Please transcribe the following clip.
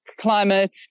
climate